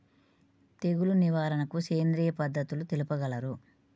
తెగులు నివారణకు సేంద్రియ పద్ధతులు తెలుపగలరు?